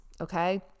Okay